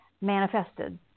manifested